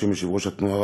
בשם יושב-ראש התנועה,